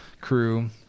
crew